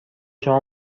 شما